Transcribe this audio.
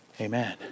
amen